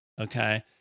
okay